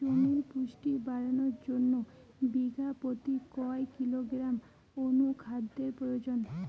জমির পুষ্টি বাড়ানোর জন্য বিঘা প্রতি কয় কিলোগ্রাম অণু খাদ্যের প্রয়োজন?